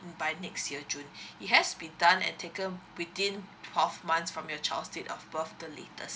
by next year june it has to be done and taken within twelve months from your child's date of birth the latest